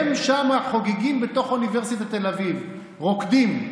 הם שם חוגגים בתוך אוניברסיטת תל אביב, רוקדים.